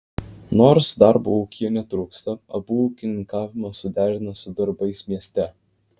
nors darbo ūkyje netrūksta abu ūkininkavimą suderina su darbais mieste